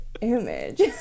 image